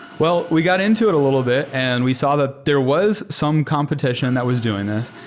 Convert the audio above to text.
well, we got into it a little bit and we saw that there was some competition that was doing this.